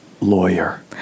Lawyer